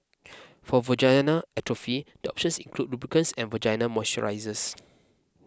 for vaginal atrophy the options include lubricants and vaginal moisturisers